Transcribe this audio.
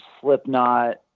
Slipknot